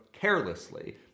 carelessly